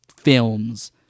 films